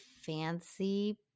fancy